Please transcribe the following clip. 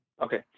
Okay